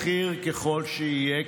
בכיר ככל שיהיה,